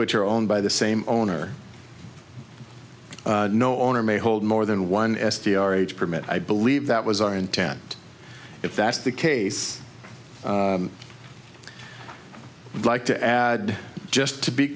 which are owned by the same owner no owner may hold more than one s t r each permit i believe that was our intent if that's the case would like to add just to be